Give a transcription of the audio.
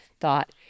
thought